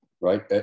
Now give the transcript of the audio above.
right